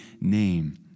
name